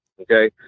okay